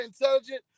intelligent